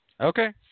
Okay